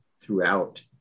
throughout